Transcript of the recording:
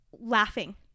laughing